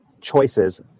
choices